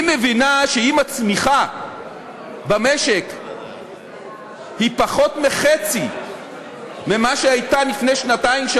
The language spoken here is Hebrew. היא מבינה שאם הצמיחה במשק היא פחות מחצי ממה שהייתה לפני שנתיים,